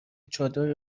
چادر